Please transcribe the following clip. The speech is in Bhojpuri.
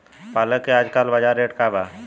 पालक के आजकल बजार रेट का बा?